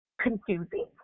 confusing